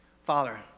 Father